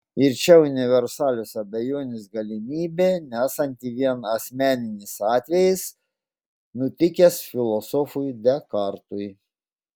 ir čia universalios abejonės galimybė nesanti vien asmeninis atvejis nutikęs filosofui dekartui